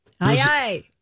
Aye